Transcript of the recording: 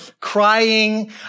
crying